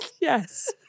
Yes